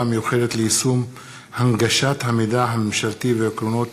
המיוחדת ליישום הנגשת המידע הממשלתי ועקרונות